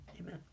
amen